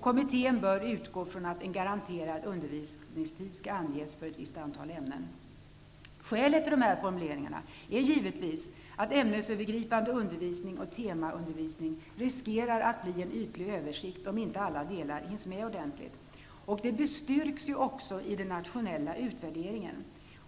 Kommittén bör utgå från att en garanterad undervisningstid skall anges för ett visst antal ämnen. Skälet till dessa formuleringar är givetvis att ämnesövergripande undervisning och temaundervisning riskerar att bli en ytlig översikt, om inte alla delar hinns med ordentligt. Den nationella utvärderingen bestyrker detta.